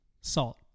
Salt